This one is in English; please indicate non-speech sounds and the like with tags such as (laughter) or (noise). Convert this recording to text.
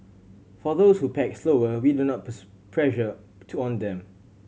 for those who pack slower we do not put (unintelligible) pressure to on them